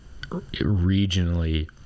regionally –